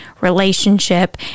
relationship